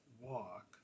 walk